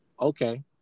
Okay